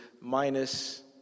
minus